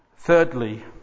Thirdly